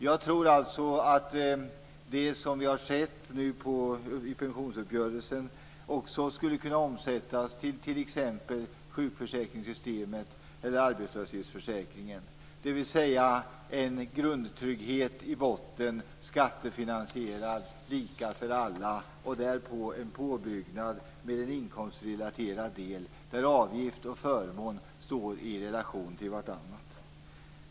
Jag tror alltså att det som vi nu har sett i pensionsuppgörelsen också skulle kunna omsättas till t.ex. sjukförsäkringssystemet eller arbetslöshetsförsäkringen, dvs. en grundtrygghet i botten som är skattefinansierad och lika för alla och därpå en påbyggnad med en inkomstrelaterad del där avgift och förmån står i relation till varandra.